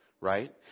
Right